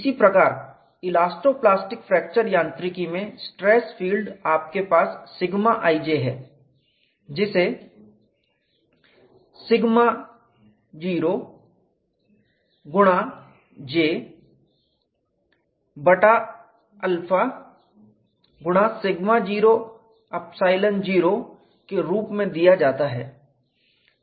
इसी प्रकार elasto plastic fracture यांत्रिकी में स्ट्रेस फील्ड आपके पास σ ij है जिसे σ0 J बटा अल्फा σ0 ϵ0 के रूप में दिया जाता है